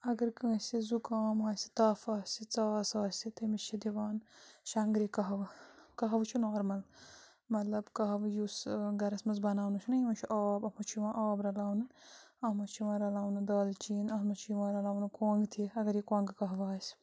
اَگر کٲنٛسہِ زُکام آسہِ تَف آسہِ ژاس آسہِ تٔمِس چھِ دِوان شَنٛگرِ کَہوٕ کَہوٕ چھِ نارٕمَل مطلب کَہوٕ یُس گَرَس منٛز بناونہٕ چھُنہ یِوان یہِ چھُ آب اَتھ منٛز چھِ یِوان آب رَلاونہٕ اَتھ منٛز چھِ یِوان رَلاونہٕ دالہٕ چیٖن اَتھ منٛز چھِ یِوان رَلاونہٕ کۄنٛگ تہِ اگر یہِ کۄنگہٕ کَہوٕ آسہِ